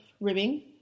ribbing